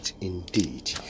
indeed